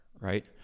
right